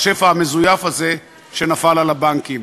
השפע המזויף הזה שנפל על הבנקים.